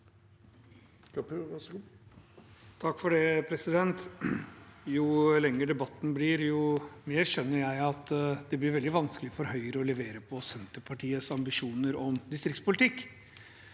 Kapur (H) Jo lenger debatten blir, jo mer skjønner jeg at det blir veldig vanskelig for Høyre å levere på Senterpartiets ambisjoner om distriktspolitikk.